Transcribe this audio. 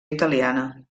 italiana